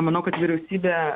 manau kad vyriausybė